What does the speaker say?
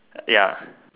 ya